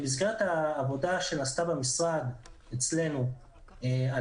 במסגרת העבודה שנעשתה במשרד אצלנו על